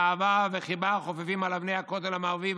אהבה וחיבה חופפים על אבני הכותל המערבי.